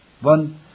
One